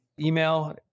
email